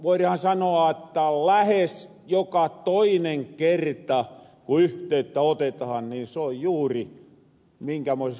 voirahan sanoa että lähes joka toinen kerta kun yhteyttä otetahan niin se on juuri minkämoises kunnos on perustienpito